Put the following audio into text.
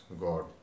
God